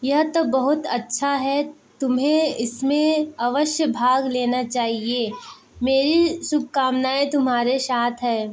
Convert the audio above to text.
यह तो बहुत अच्छा है तुम्हें इसमें अवश्य भाग लेना चाहिए मेरी शुभकामनाएँ तुम्हारे साथ हैं